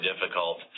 difficult